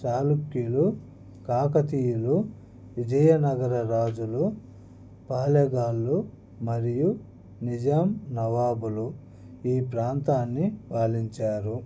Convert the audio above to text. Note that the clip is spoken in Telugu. చాా ళుక్యులు కాకతీయులు విజయనగర రాజులు పాలేగాళ్ళు మరియు నిజాం నవాబులు ఈ ప్రాంతాన్ని పాలించారు